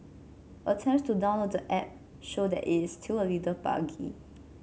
attempts to download the app show that it is still a little buggy